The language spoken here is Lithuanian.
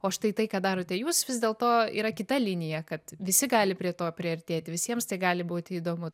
o štai tai ką darote jūs vis dėlto yra kita linija kad visi gali prie to priartėti visiems tai gali būti įdomu